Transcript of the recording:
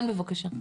כן בבקשה.